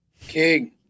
King